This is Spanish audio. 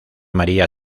maría